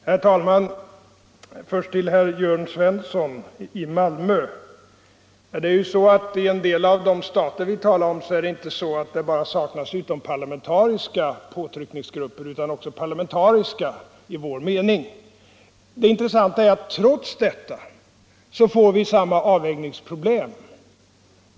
Herr talman! Först till herr Svensson i Malmö. I en del av de stater som vi talar om saknas inte bara utomparlamentariska utan även parlamentariska påtryckningsgrupper. Det intressanta är att trots detta får vi samma avvägningsproblem.